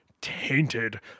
tainted